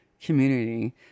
Community